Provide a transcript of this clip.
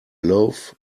loaf